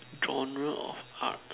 genre of art